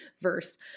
verse